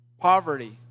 poverty